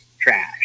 trash